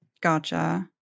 Gotcha